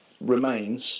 remains